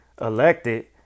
elected